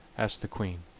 asked the queen.